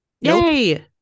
Yay